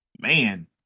Man